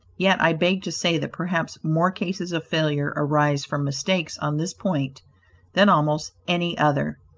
yet i beg to say that perhaps more cases of failure arise from mistakes on this point than almost any other.